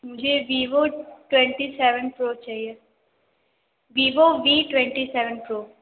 मुझे Vivo twenty seven pro चाहिए Vivo V twenty seven pro